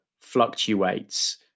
fluctuates